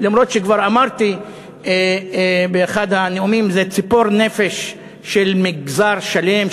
למרות שכבר אמרתי באחד הנאומים: זה ציפור נפש של מגזר שלם,